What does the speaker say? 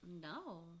No